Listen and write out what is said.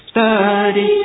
Study